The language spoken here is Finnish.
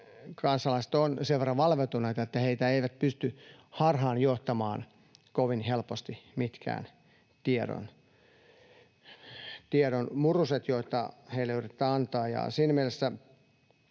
kansalaiset ovat sen verran valveutuneita, että heitä ei pysty harhaan johtamaan kovin helposti mitkään tiedon muruset, joita heille yritetään antaa.